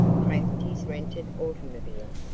cranked his rented automobile,